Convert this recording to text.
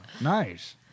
Nice